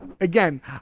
again